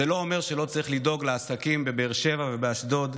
זה לא אומר שלא צריך לדאוג לעסקים בבאר שבע ובאשדוד,